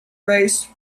race